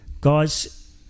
guys